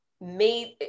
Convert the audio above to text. made